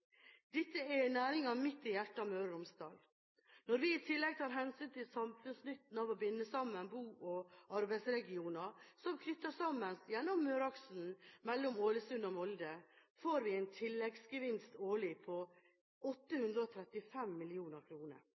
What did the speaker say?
Dette er næringer midt i hjertet av Møre og Romsdal. Når vi i tillegg tar hensyn til samfunnsnytten av å binde sammen bo- og arbeidsregionene som knyttes sammen gjennom Møreaksen mellom Ålesund og Molde, får vi en tilleggsgevinst årlig på 835